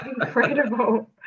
incredible